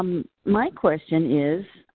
my question is,